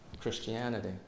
Christianity